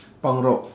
punk rock